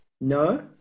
No